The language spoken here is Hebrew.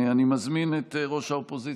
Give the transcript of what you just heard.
אני מזמין את ראש האופוזיציה.